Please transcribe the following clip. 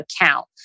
account